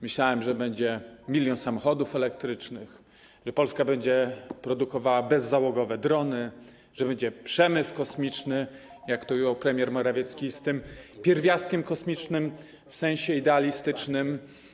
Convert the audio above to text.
Myślałem, że będzie milion samochodów elektrycznych, że Polska będzie produkowała bezzałogowe drony, że będzie przemysł kosmiczny, jak to ujął premier Morawiecki, z tym pierwiastkiem kosmicznym w sensie idealistycznym.